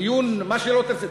דיון מה שלא תרצה,